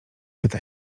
pyta